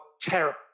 terror